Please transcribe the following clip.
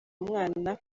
mwana